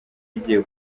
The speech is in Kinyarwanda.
igiye